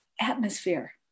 atmosphere